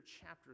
chapter